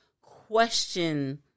question